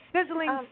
sizzling